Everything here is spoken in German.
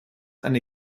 eine